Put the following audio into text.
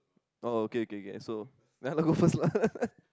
oh okay okay okay so ya lah go first lah